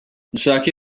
dushake